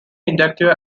inductive